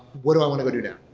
what do i want to go do now?